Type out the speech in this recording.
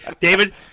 David